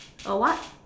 a what